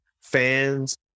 Fans